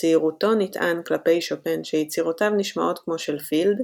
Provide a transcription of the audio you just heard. בצעירותו נטען כלפי שופן שיצירותיו נשמעות כמו של פילד,